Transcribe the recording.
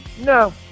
No